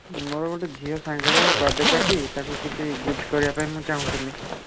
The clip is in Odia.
ମୋର ଗୋଟେ ଝିଅ ସାଙ୍ଗର ବାର୍ଥଡ଼େ୍ ପାର୍ଟି ତାକୁ କିଛି ଗିପ୍ଟ୍ କରିବା ପାଇଁ ମୁଁ ଚାହୁଁଥିଲି